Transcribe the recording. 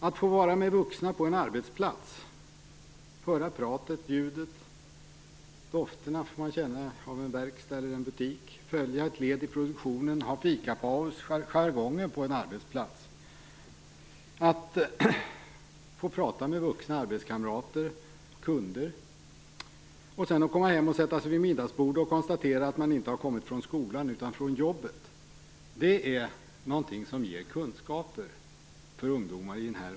Att få vara med vuxna på en arbetsplats, höra pratet och ljudet, känna dofterna av en verkstad eller butik, följa ett led i produktionen, ha fikapaus, uppleva jargongen på en arbetsplats, få prata med vuxna arbetskamrater och kunder och sedan komma hem och sätta sig vid middagsbordet och konstatera att man inte har kommit från skolan utan från jobbet - det ger kunskaper för ungdomar i denna ålder.